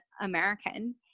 american